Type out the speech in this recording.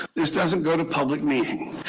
this doesn't go to public meeting.